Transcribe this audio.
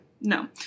No